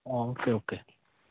অঁ okay okay